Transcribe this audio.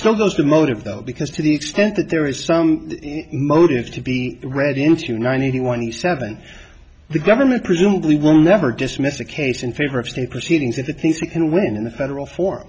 still goes to motive though because to the extent that there is some motive to be read into ninety one you seven the government presumably will never dismiss a case in favor of state proceedings if the things they can win in the federal for